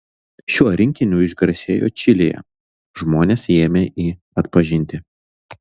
šiuo rinkiniu išgarsėjo čilėje žmonės ėmė jį atpažinti